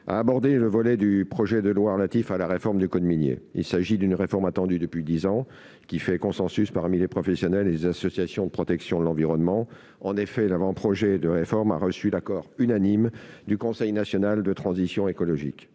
a abordé le volet du projet de loi relatif à la réforme du code minier. Il s'agit d'une réforme attendue depuis dix ans, qui fait consensus parmi les professionnels et les associations de protection de l'environnement. En effet, l'avant-projet de réforme a reçu l'accord unanime du Conseil national de la transition écologique.